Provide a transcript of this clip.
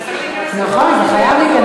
זה חייב להיכנס, נכון, זה חייב להיכנס.